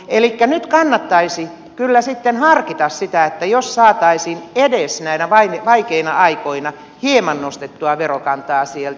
elikkä nyt kannattaisi kyllä sitten harkita sitä jos saataisiin edes näinä vaikeina aikoina hieman nostettua verokantaa sieltä